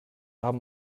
haben